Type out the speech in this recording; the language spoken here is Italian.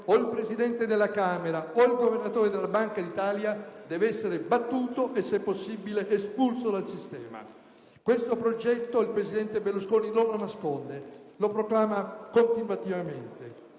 il Presidente della Camera o il Governatore della Banca d'Italia, deve essere battuto e se possibile espulso dal sistema. Questo progetto il presidente Berlusconi non lo nasconde e lo proclama continuativamente